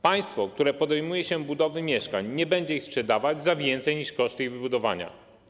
Państwo, które podejmuje się budowy mieszkań, nie będzie ich sprzedawać za więcej niż koszt ich wybudowania.